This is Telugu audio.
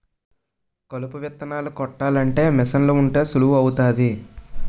కలుపు విత్తనాలు కొట్టాలంటే మీసన్లు ఉంటే సులువు అవుతాది